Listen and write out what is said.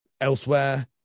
elsewhere